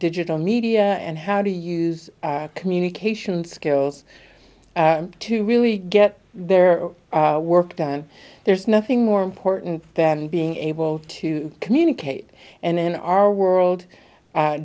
digital media and how to use communications skills to really get their work done there's nothing more important than being able to communicate and in our world